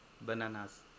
Bananas